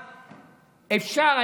אפשר,